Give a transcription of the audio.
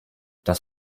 das